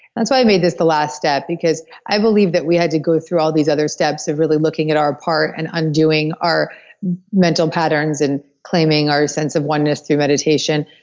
that's why i made this the last step because i believe that we had to go through all these other steps of really looking at our part and undoing our mental patterns and claiming our sense of oneness through meditation.